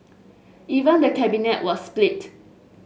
even the cabinet was split